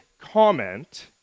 comment